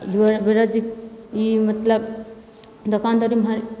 बेरोजी ई मतलब दोकान दौरी एम्हर